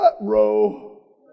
row